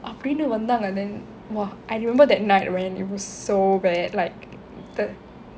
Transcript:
அப்படின்னு வந்தாங்க:appadinnu vanthaanga then !wah! I remember that night when it was so bad like